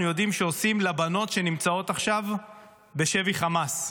יודעים שעושים לבנות שנמצאות עכשיו בשבי חמאס.